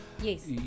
Yes